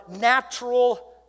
natural